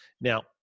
Now